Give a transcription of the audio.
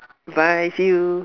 bye see you